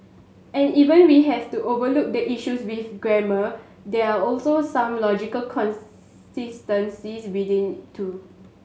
and even we have to overlook the issues with grammar there are also some logical consistencies within too